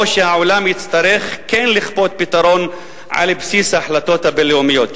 או שהעולם יצטרך כן לכפות פתרון על בסיס ההחלטות הבין-לאומיות.